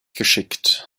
geschickt